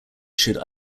should